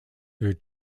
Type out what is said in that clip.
their